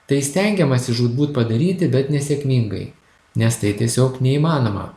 tai stengiamasi žūtbūt padaryti bet nesėkmingai nes tai tiesiog neįmanoma